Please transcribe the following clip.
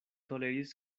toleris